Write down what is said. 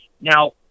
Now